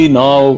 now